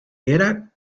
era